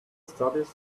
studies